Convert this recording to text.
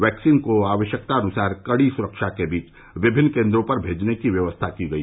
vaccine को आवश्यकतानुसार कड़ी स्रक्षा के बीच विभिन्न केन्द्रों पर भेजने की व्यवस्था की गई है